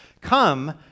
come